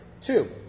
Two